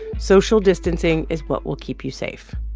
social distancing is what will keep you safe.